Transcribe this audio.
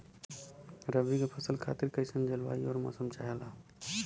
रबी क फसल खातिर कइसन जलवाय अउर मौसम चाहेला?